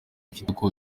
kitoko